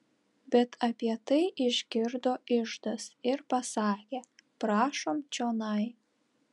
bet apie tai išgirdo iždas ir pasakė prašom čionai